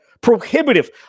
prohibitive